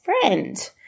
friend